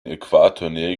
äquatornähe